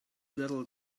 little